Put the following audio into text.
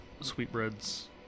sweetbreads